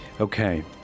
Okay